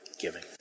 giving